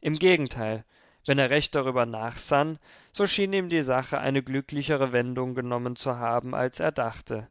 im gegenteil wenn er recht darüber nachsann so schien ihm die sache eine glücklichere wendung genommen zu haben als er dachte